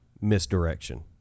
misdirection